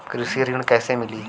कृषि ऋण कैसे मिली?